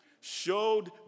Showed